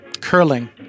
Curling